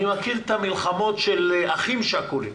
אני מכיר את המלחמות של אחים שכולים